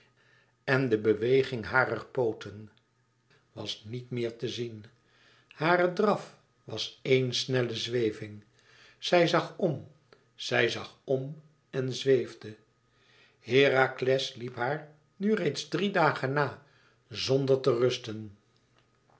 en de beweging harer pooten was niet meer te zien hare draf was éen snelle zweving zij zag om zij zag om en zweefde herakles liep haar nu reeds drie dagen na zonder te rusten